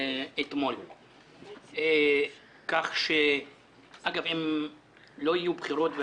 אם לא יהיו בחירות,